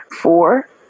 Four